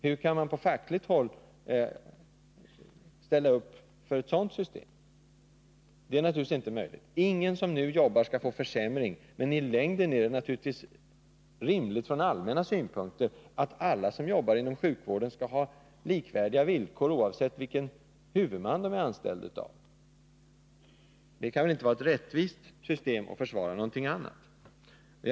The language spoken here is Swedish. Hur kan man på fackligt håll ställa upp för ett sådant system? Ingen som nu är anställd vid Karolinska skall få någon försämring, men i längden är det naturligtvis rimligt från allmän synpunkt att alla som jobbar inom sjukvården skall ha likvärdiga villkor, oavsett vilka huvudmän de är anställda av. Något annat vore inte rättvist, och jag kan inte tro att ni försvarar något annat system.